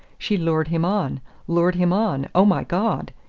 she lured him on lured him on oh, my god!